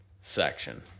section